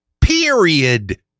period